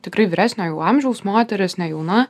tikrai vyresniojo jau amžiaus moteris nejauna